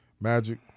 magic